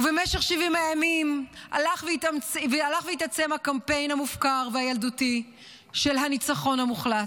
ובמשך 70 הימים הלך והתעצם הקמפיין המופקר והילדותי של הניצחון המוחלט,